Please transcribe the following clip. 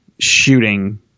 shooting